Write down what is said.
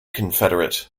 confederate